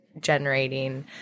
generating